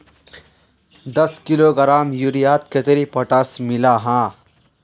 दस किलोग्राम यूरियात कतेरी पोटास मिला हाँ?